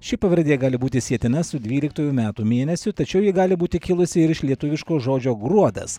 ši pavardė gali būti sietina su dvyliktuoju metų mėnesiu tačiau ji gali būti kilusi ir iš lietuviško žodžio gruodas